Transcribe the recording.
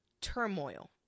turmoil